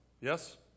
Yes